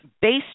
based